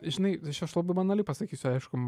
žinai aš labai banali pasakysiu aišku